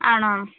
ആണോ